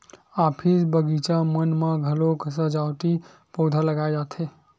office, बगीचा मन म घलोक सजावटी पउधा लगाए जाथे